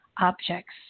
objects